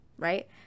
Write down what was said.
right